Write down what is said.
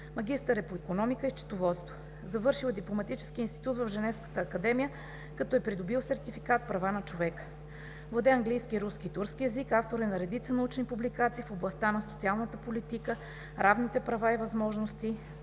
Магистър е по икономика и счетоводство. Завършил е Дипломатическия институт в Женевската академия, като е придобил сертификат „Права на човека“. Владее английски, руски и турски език. Автор е на редица научни публикации в областта на социалната политика, равните права и възможности,